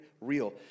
real